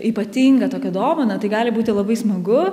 ypatingą tokią dovaną tai gali būti labai smagu